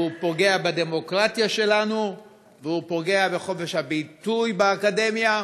הוא פוגע בדמוקרטיה שלנו והוא פוגע בחופש הביטוי באקדמיה,